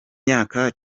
myaka